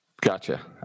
gotcha